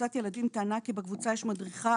קבוצת ילדים טענה כי בקבוצה יש מדריכה